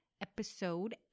episode